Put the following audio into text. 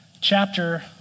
chapter